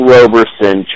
Roberson